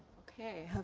ok.